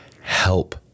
help